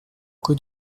cui